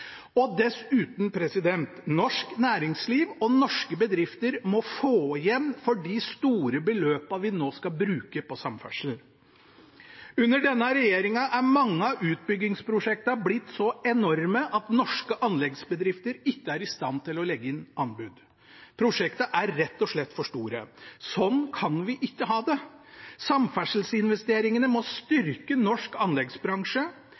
Dessuten må norsk næringsliv og norske bedrifter få igjen for de store beløpene vi nå skal bruke på samferdsel. Under denne regjeringen er mange av utbyggingsprosjektene blitt så enorme at norske anleggsbedrifter ikke er i stand til å legge inn anbud. Prosjektene er rett og slett for store. Sånn kan vi ikke ha det. Samferdselsinvesteringene må styrke norsk anleggsbransje